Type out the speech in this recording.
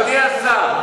חבר הכנסת זאב,